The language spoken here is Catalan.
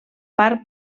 part